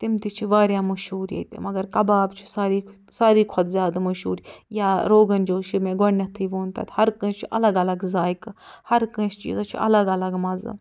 تِم تہِ چھِ وارِیاہ مشہوٗر ییٚتہِ مگر کباب چھُ ساروٕے سارِوٕے کھۄتہٕ زیادٕ مشہوٗر یا روگنجوش یہِ مےٚ گۄڈنٮ۪تھٕے ووٚن تَتہِ ہر کٲنٛسہِ چھُ الگ الگ ذایقہٕ ہر کٲنٛسہِ چیٖزس چھُ الگ الگ مَزٕ